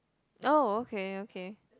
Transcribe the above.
oh okay okay